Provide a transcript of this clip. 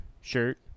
shirt